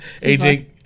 AJ